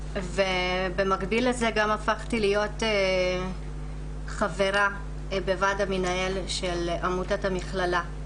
ובמקביל לזה גם הפכתי להיות חברה בוועד המנהל של עמותת המכללה,